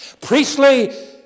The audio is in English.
priestly